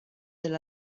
del